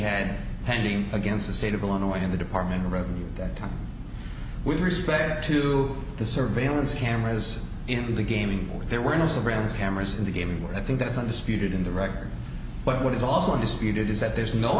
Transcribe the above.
had pending against the state of illinois in the department of revenue that with respect to the surveillance cameras in the game or if there were innocent rounds cameras in the game i think that's undisputed in the record but what is also undisputed is that there's no